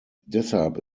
deshalb